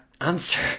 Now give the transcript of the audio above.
answer